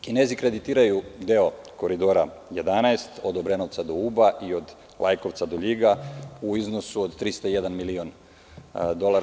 Kinezi kreditiraju deo Koridora 11. od Obrenovca do Uba i od Lajkovca do Ljiga u iznosu od 301 milion dolara.